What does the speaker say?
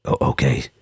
okay